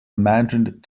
imagined